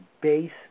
base